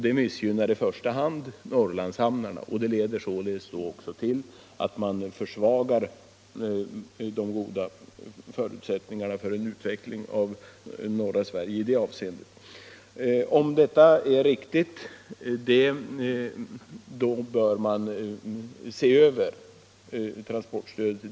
Det missgynnar i första hand Norrlandshamnarna och leder då också till att man försvagar de goda förutsättningarna för en utveckling av norra Sverige i det avseendet. Om detta är riktigt bör man se över transportstödet.